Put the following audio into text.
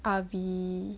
R_V